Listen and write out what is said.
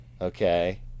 Okay